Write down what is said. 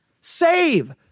save